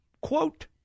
quote—